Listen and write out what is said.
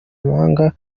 impanga